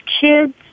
kids